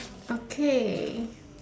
okay